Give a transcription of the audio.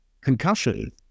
concussion